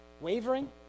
Wavering